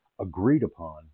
agreed-upon